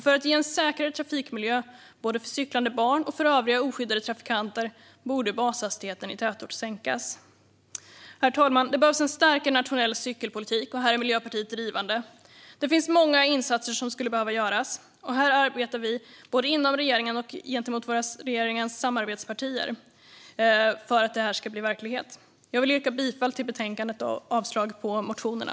För att ge en säkrare trafikmiljö både för cyklande barn och för övriga oskyddade trafikanter borde bashastigheten i tätort sänkas. Herr talman! Det behövs en starkare nationell cykelpolitik. Här är Miljöpartiet drivande. Det finns många insatser som skulle behöva göras. Vi arbetar både inom regeringen och gentemot regeringens samarbetspartier för att det här ska bli verklighet. Jag yrkar bifall till förslaget i betänkandet och avslag på motionerna.